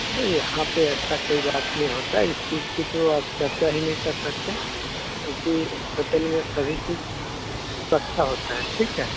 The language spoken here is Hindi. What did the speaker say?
यहाॅं पर ऐसी कोई बात नहीं होती है इस चीज़ की तो आप चर्चा ही नहीं कर सकते क्योंकि होटल में सभी चीज़ अच्छी होती है ठीक है